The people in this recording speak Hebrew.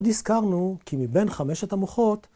‫נזכרנו כי מבין חמש המוחות...